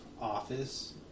office